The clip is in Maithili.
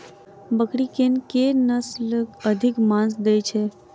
बकरी केँ के नस्ल अधिक मांस दैय छैय?